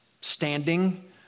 standing